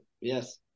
yes